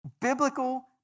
biblical